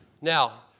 Now